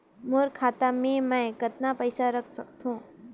मोर खाता मे मै कतना पइसा रख सख्तो?